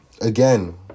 again